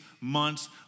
months